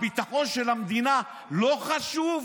הביטחון של המדינה לא חשוב?